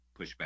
pushback